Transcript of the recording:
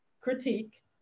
critique